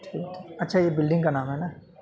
ٹھیک ہے اچھا یہ بلڈنگ کا نام ہے نا